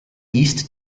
east